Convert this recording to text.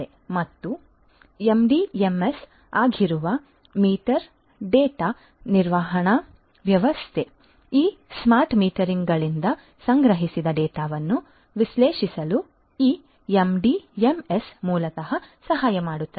ಮತ್ತು ಎಂಡಿಎಂಎಸ್ ಆಗಿರುವ meter data ನಿರ್ವಹಣಾ ವ್ಯವಸ್ಥೆ ಈ ಸ್ಮಾರ್ಟ್ ಮೀಟರ್ಗಳಿಂದ ಸಂಗ್ರಹಿಸಿದ ಡೇಟಾವನ್ನು ವಿಶ್ಲೇಷಿಸಲು ಈ ಎಂಡಿಎಂಎಸ್ ಮೂಲತಃ ಸಹಾಯ ಮಾಡುತ್ತದೆ